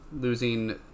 losing